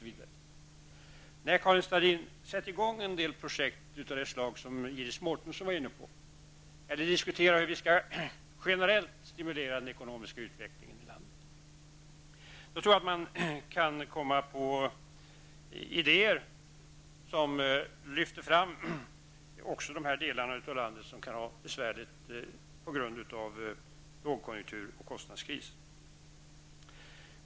Nej, Karin Starrin, sätt i gång en del projekt av det slag som Iris Mårtensson var inne på och diskutera hur vi generellt skall kunna stimulera den ekonomiska utvecklingen i landet. Då tror jag att man kommer på idéer som lyfter fram också de delar av landet som kan ha det besvärligt på grund av lågkonjunktur och kostnadskris.